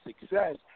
success